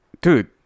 Dude